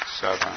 seven